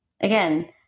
Again